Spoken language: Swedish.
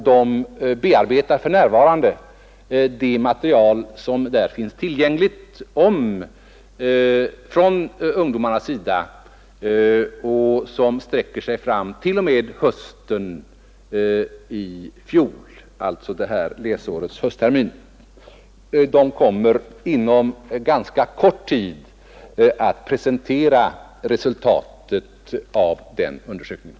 Där bearbetar man för närvarande det material i fråga om ungdomarna som finns tillgängligt. Det sträcker sig fram t.o.m. hösten i fjol, alltså det här läsårets hösttermin. Man kommer inom ganska kort tid att presentera resultatet av den undersökningen.